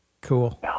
Cool